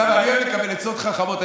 אוסמה, אני אוהב לקבל עצות חכמות.